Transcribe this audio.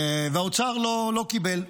האוצר לא קיבל.